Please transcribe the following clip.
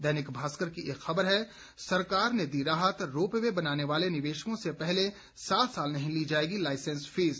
दैनिक भास्कर की एक खबर है सरकार ने दी राहत रोपवे बनाने वाले निवेशकों से पहले सात साल नहीं ली जाएगी लाइसेंस फीस